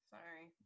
Sorry